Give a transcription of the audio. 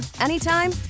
anytime